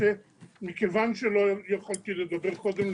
מכיוון שלא יכולתי לדבר קודם,